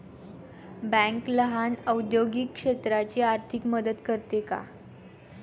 Bank लहान औद्योगिक क्षेत्राची आर्थिक मदत करते का?